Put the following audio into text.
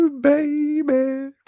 baby